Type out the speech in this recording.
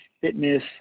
fitness